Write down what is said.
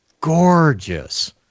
gorgeous